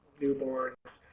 newborns